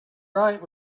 right